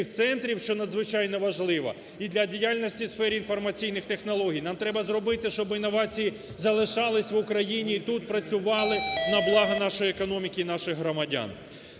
що надзвичайно важливо і для діяльності в сфері інформаційних технологій. Нам треба зробити, щоб інновації залишались в Україні і тут працювали, на благо нашої економіки і наших громадян.